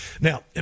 Now